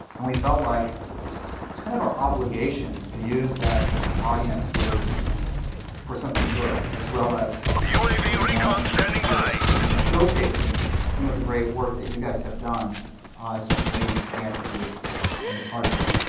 and we felt like it's kind of our obligation to use that audience for for something good as well as sort of the normal things that we do in showcasing some of the great work that you guys have done is something that we began to do in the project.